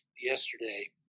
yesterday